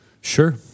Sure